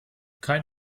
kein